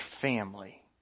family